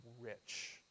rich